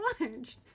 lunch